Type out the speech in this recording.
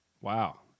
wow